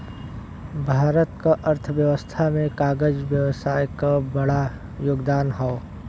भारत क अर्थव्यवस्था में कागज व्यवसाय क बड़ा योगदान हौ